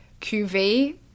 QV